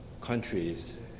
countries